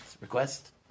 request